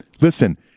listen